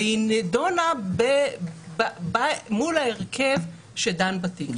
והיא נידונה מול ההרכב שדן בתיק.